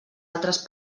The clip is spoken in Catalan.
altres